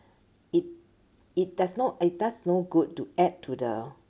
it it does not it does no good to add to the